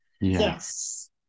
Yes